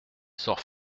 sort